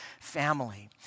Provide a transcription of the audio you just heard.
family